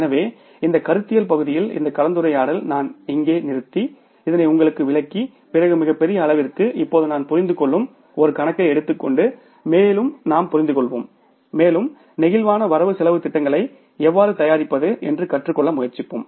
எனவே இந்த கருத்தியல் பகுதியில் இந்த கலந்துரையாடல் நான் இங்கே நிறுத்தி இதனை உங்களுக்கு விளக்கிய பிறகு மிகப் பெரிய அளவிற்கு இப்போது நான் புரிந்துகொள்ளும் ஒரு கணக்கை எடுத்துக்கொண்டு மேலும் நாம் புரிந்துகொள்வோம் மேலும் நெகிழ்வான வரவு செலவுத் திட்டங்களை எவ்வாறு தயாரிப்பது என்று கற்றுக்கொள்ள முயற்சிப்போம்